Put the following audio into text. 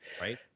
Right